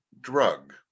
drug